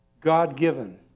God-given